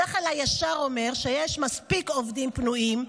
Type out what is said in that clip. השכל הישר אומר שיש מספיק עובדים פנויים,